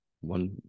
One